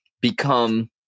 become